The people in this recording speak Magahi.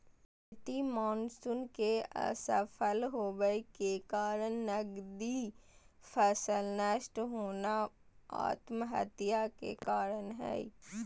खेती मानसून के असफल होबय के कारण नगदी फसल नष्ट होना आत्महत्या के कारण हई